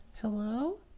hello